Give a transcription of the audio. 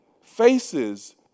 faces